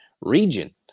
region